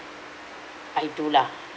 I do lah